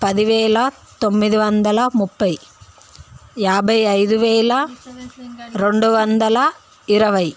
పది వేల తొమ్మిది వందల ముప్పై యాభై ఐదు వేల రెండు వందల ఇరవై